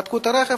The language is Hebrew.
בדקו את הרכב.